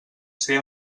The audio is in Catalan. ser